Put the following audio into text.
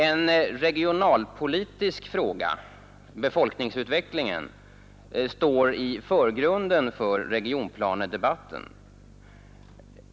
En regionalpolitisk fråga — befolkningsutvecklingen — står i förgrunden för regionplanedebatten.